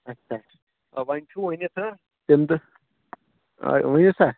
اَچھا وۄنۍ چھُو ؤنِتھ ہہ تَمہِ دۄہ ؤنِو سا